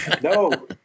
No